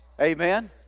Amen